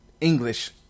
english